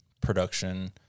production